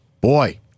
Boy